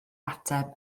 ateb